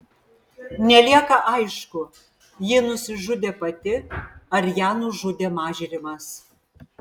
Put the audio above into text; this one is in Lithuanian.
nelieka aišku ji nusižudė pati ar ją nužudė mažrimas